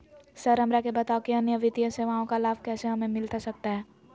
Sir हमरा के बताओ कि अन्य वित्तीय सेवाओं का लाभ कैसे हमें मिलता सकता है?